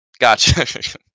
Gotcha